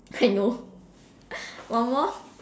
I know one more